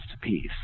peace